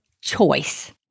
Choice